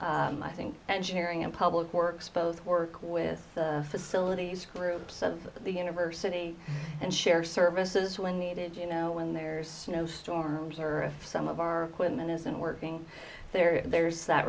level i think engineering and public works both work with facilities groups of the university and share services when needed you know when there's snow storms or if some of our equipment isn't working there there's that